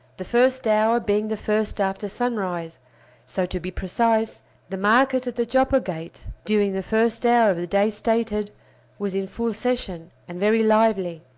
the first hour being the first after sunrise so, to be precise the market at the joppa gate during the first hour of the day stated was in full session, and very lively.